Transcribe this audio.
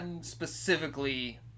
specifically